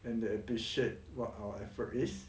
and they appreciate what our effort is